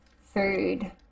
food